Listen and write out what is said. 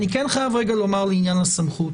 אני כן חייב לומר לעניין הסמכות